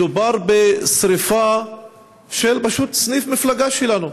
מדובר פשוט בשרפה של סניף מפלגה שלנו,